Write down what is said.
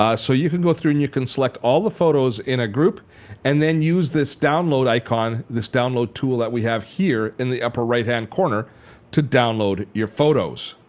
ah so you can go through and you can select all the photos in a group and then use this download icon, this download tool that we have here in the upper right-hand corner to download your photos.